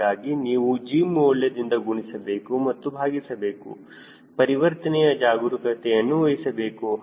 ಹೀಗಾಗಿ ನೀವು g ಮೌಲ್ಯದಿಂದ ಗುಣಿಸಬೇಕು ಮತ್ತು ಬಾಗಿಸಬೇಕು ಪರಿವರ್ತನೆಯಲ್ಲಿ ಜಾಗರೂಕತೆಯನ್ನು ವಹಿಸಬೇಕು